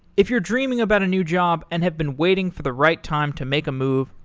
if you're dreaming about a new job and have been waiting for the right time to make a move,